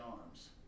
Arms